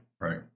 right